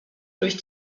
durch